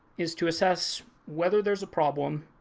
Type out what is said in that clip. is to assess whether there's a problem,